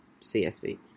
CSV